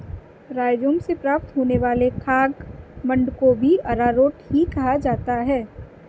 rhizome से प्राप्त होने वाले खाद्य मंड को भी अरारोट ही कहा जाता है